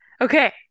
okay